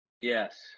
Yes